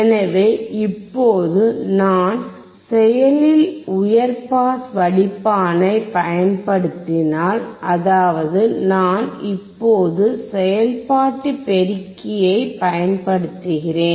எனவே இப்போது நான் செயலில் உயர் பாஸ் வடிப்பானைப் பயன்படுத்தினால் அதாவது நான் இப்போது செயல்பாட்டு பெருக்கியைப் பயன்படுத்துகிறேன்